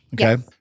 okay